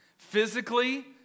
physically